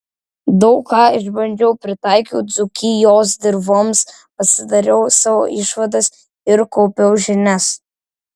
daug ką išbandžiau pritaikiau dzūkijos dirvoms pasidariau savo išvadas ir kaupiau žinias